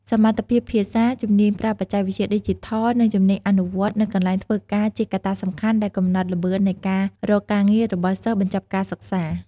សមត្ថភាពភាសា ជំនាញប្រើបច្ចេកវិទ្យាឌីជីថល និងជំនាញអនុវត្តន៍នៅកន្លែងធ្វើការជាកត្តាសំខាន់ដែលកំណត់ល្បឿននៃការរកការងាររបស់សិស្សបញ្ចប់ការសិក្សា។